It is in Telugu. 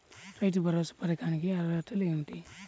రైతు భరోసా పథకానికి అర్హతలు ఏమిటీ?